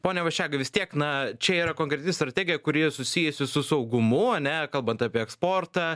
pone vaščega vis tiek na čia yra konkreti strategija kuri susijusi su saugumu ane kalbant apie eksportą